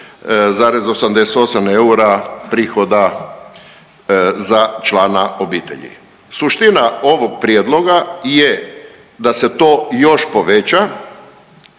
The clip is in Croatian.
298,88 eura prihoda za člana obitelji. Suština ovog prijedloga je da se to još poveća,